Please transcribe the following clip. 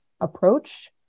approach